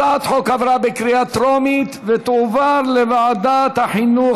הצעת החוק עברה בקריאה טרומית ותועבר לוועדת החינוך,